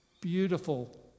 beautiful